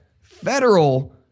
federal